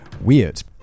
weird